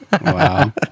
Wow